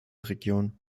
regionen